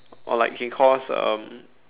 or like it can cause um